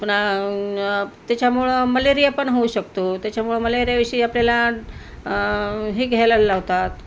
पुन्हा त्याच्यामुळं मलेरिया पण होऊ शकतो त्याच्यामुळं मलेरियाविषयी आपल्याला हे घ्यायला लावतात